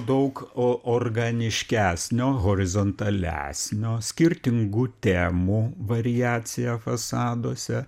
daug o organiškesnio horizontalesnio skirtingų temų variacija fasaduose